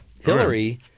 Hillary